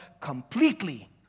completely